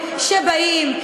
הם באים,